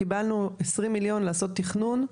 קיבלנו עשרים מיליון לעשות תכנון.